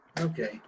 okay